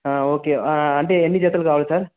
okay అంటే ఎన్ని జతలు కావాలి సార్